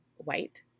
white